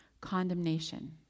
condemnation